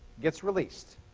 gets released.